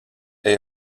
est